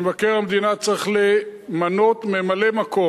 שמבקר המדינה צריך למנות ממלא-מקום,